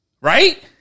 right